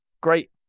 great